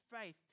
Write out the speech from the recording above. faith